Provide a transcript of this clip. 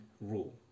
rule